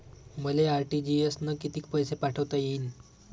मले आर.टी.जी.एस न कितीक पैसे पाठवता येईन?